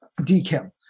DKIM